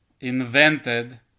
invented